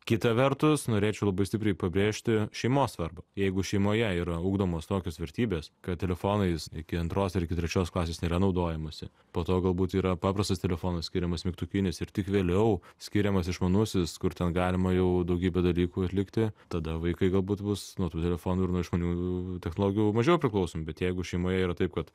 kita vertus norėčiau labai stipriai pabrėžti šeimos svarbą jeigu šeimoje yra ugdomos tokios vertybės kad telefonais iki antros ir iki trečios klasės nėra naudojamasi po to galbūt yra paprastas telefonas skiriamas mygtukinis ir tik vėliau skiriamas išmanusis kur ten galima jau daugybę dalykų atlikti tada vaikai galbūt bus nuo tų telefonų ir nuo išmaniųjų technologijų mažiau priklausomi bet jeigu šeimoje yra taip kad